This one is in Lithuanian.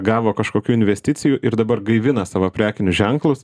gavo kažkokių investicijų ir dabar gaivina savo prekinius ženklus